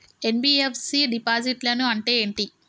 NBFC డిపాజిట్లను అంటే ఏంటి?